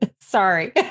sorry